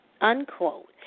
unquote